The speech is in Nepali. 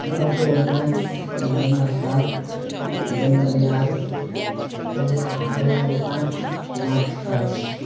अक्टोबर पाँच नोभेम्बर सात जनवरी आठ फेब्रु फेब्रुअरी पाँच मार्च पाँच